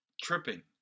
tripping